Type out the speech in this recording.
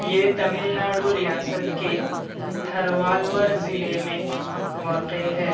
یہ تمل ناڈو ریاست کے تھروالور ضلع میں واقع ہے